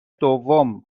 دوم